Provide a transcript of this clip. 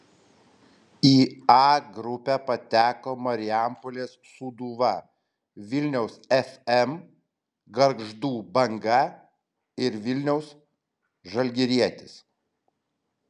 į a grupę pateko marijampolės sūduva vilniaus fm gargždų banga ir vilniaus žalgirietis